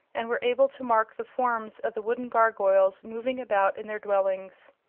and were able to mark the forms of the wooden gargoyles moving about in their dwellings.